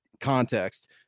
context